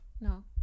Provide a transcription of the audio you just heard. No